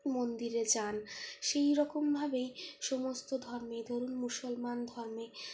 মন্দিরে যান সেই রকমভাবেই সমস্ত ধর্মের ধরুন মুসলমান ধর্মে